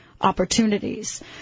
opportunities